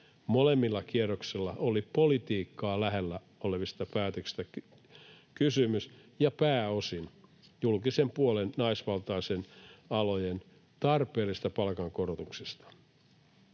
Molemmilla kierroksilla oli politiikkaa lähellä olevista päätöksistä kysymys, ja pääosin julkisen puolen naisvaltaisten alojen tarpeellisista palkankorotuksista.